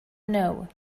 know